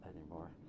anymore